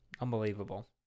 Unbelievable